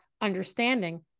understanding